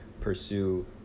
pursue